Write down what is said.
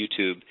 YouTube